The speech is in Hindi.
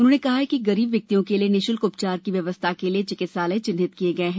उन्होंने कहा कि गरीब व्यक्तियों के लिए निशुल्क उपचार की व्यवस्था के लिए चिकित्सालय चिन्हित किए गए हैं